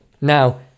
Now